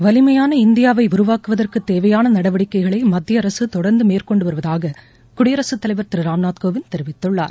வலிமையான இந்தியாவை உருவாக்குவதற்கு தேவையான நடவடிக்கைகளை மத்திய அரசு தொடர்ந்து மேற்கொண்டு வருவதாக குடியரசுத் தலைவர் திரு ராம்நாத் கோவிந்த் தெரிவித்துள்ளார்